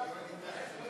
ההצעה להעביר